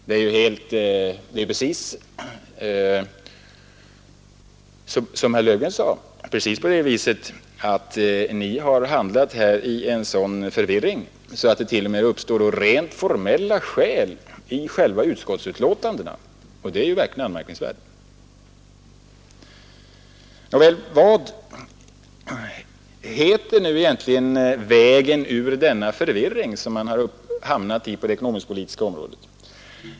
Det är som herr Löfgren sade precis på det viset att ni här har handlat i en sådan förvirring att det t.o.m. uppstår rent formella skäl i det avslutande utskottsbetänkandet, och det är verkligen anmärkningsvärt. Vad heter nu egentligen vägen ur denna förvirring som man har hamnat i på det ekonomisk-politiska området?